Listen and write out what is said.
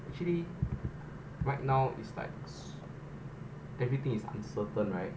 actually right now it's like everything is uncertain right